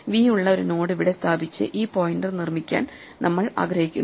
V ഉള്ള ഒരു node ഇവിടെ സ്ഥാപിച്ച് ഈ പോയിന്റർ നിർമ്മിക്കാൻ നമ്മൾ ആഗ്രഹിക്കുന്നു